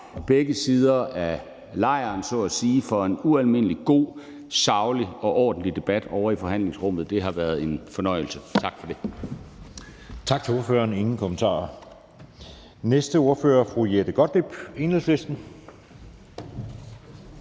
begge sider af lejren så at sige for en ualmindelig god, saglig og ordentlig debat ovre i forhandlingsrummet. Det har været en fornøjelse. Tak for det. Kl. 11:12 Anden næstformand (Jeppe Søe): Tak til ordføreren. Der er ingen kommentarer. Næste ordfører er fru Jette Gottlieb, Enhedslisten.